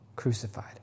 crucified